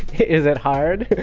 is it hard?